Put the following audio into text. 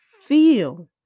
feel